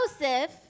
Joseph